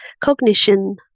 cognition